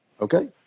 Okay